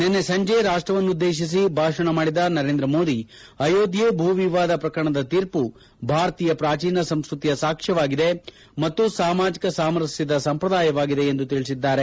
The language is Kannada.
ನಿನ್ನೆ ಸಂಜೆ ರಾಷ್ಟವನ್ನುದ್ದೇತಿಸಿ ಭಾಷಣ ಮಾಡಿದ ನರೇಂದ್ರ ಮೋದಿ ಅಯೋದ್ದೆ ಭೂ ವಿವಾದ ಪ್ರಕರಣದ ತೀರ್ಮ ಭಾರತೀಯ ಪ್ರಾಜೀನ ಸಂಸ್ಟತಿಯ ಸಾಕ್ಷ್ಯವಾಗಿದೆ ಮತ್ತು ಸಾಮಾಜಿಕ ಸಾಮರಸ್ಕದ ಸಂಪ್ರದಾಯವಾಗಿದೆ ಎಂದು ತಿಳಿಸಿದ್ದಾರೆ